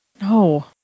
no